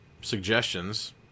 suggestions